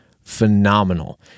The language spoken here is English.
phenomenal